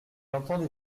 entendez